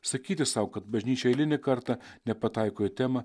sakyti sau kad bažnyčia eilinį kartą nepataiko į temą